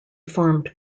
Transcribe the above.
formed